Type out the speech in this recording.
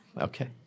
Okay